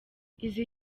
izi